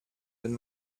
wenn